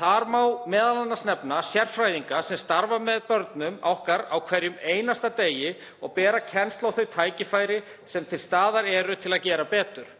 Þar má m.a. nefna sérfræðinga sem starfa með börnum okkar á hverjum einasta degi og bera kennsl á þau tækifæri sem til staðar eru til að gera betur